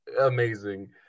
amazing